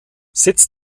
sitz